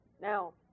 Now